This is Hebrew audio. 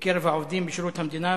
בקרב העובדים בשירות המדינה,